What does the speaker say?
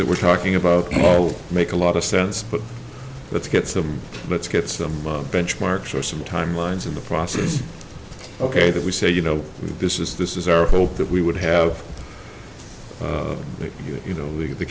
that we're talking about make a lot of sense but let's get some let's get some benchmarks or some timelines in the process ok that we say you know this is this is our hope that we would have you know we have the